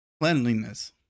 cleanliness